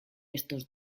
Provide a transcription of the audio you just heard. estos